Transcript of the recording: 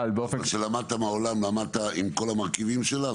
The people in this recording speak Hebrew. כשלמדת מהעולם למדת עם כל המרכיבים שלה?